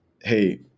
hey